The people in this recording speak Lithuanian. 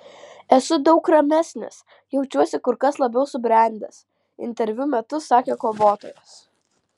esu daug ramesnis jaučiuosi kur kas labiau subrendęs interviu metu sakė kovotojas